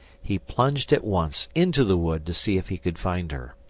he plunged at once into the wood to see if he could find her.